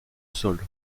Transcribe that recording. sol